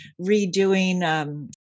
redoing